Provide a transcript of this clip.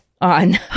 on